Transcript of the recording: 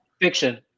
Fiction